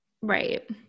Right